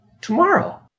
tomorrow